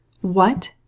What